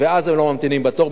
ואז הם לא ממתינים בתור.